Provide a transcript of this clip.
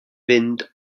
fynd